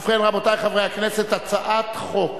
ובכן, רבותי חברי הכנסת, הצעת חוק